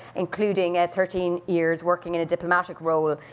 including ah thirteen years working in a diplomatic role,